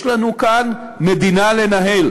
יש לנו כאן מדינה לנהל.